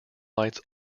lights